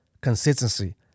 Consistency